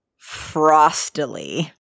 Frostily